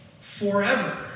Forever